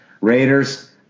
Raiders